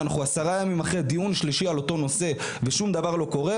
ואנחנו עשרה ימים אחרי דיון שלישי על אותו נושא ושום דבר לא קורה,